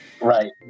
Right